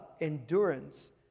endurance